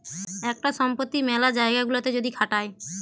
একটা সম্পত্তি মেলা জায়গা গুলাতে যদি খাটায়